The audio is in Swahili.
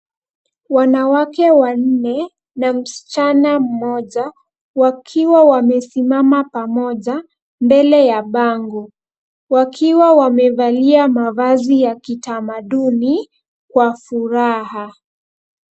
Wanawake wanne, na msichana mmoja wakiwa wamesimama pamoja mbele ya bango, wakiwa wamevalia mavazi ya kitamaduni kwa furaha.